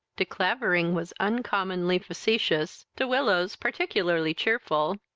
de clavering was uncommonly facetious, de willows particularly cheerful,